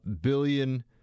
billion